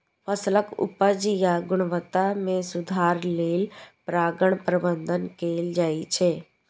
फसलक उपज या गुणवत्ता मे सुधार लेल परागण प्रबंधन कैल जाइ छै